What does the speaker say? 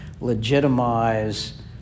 legitimize